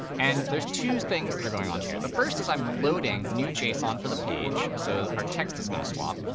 and there's two things that are going on here. the first is i'm loading new json for the page, so our text is going to swap.